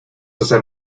hacer